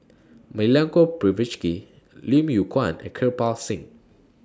Milenko Prvacki Lim Yew Kuan and Kirpal Singh